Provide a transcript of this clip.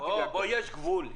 בוא, בוא יש גבול.